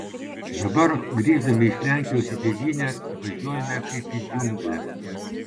dabar grįždami iš lenkijos į tėvynę įvažiuojame kaip į džiungles